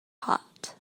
hot